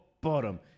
bottom